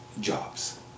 jobs